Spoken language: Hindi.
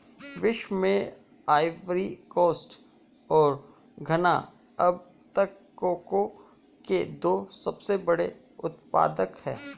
विश्व में आइवरी कोस्ट और घना अब तक कोको के दो सबसे बड़े उत्पादक है